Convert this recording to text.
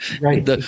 Right